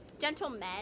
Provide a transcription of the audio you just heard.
Gentlemen